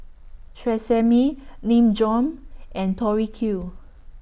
Tresemme Nin Jiom and Tori Q